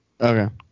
Okay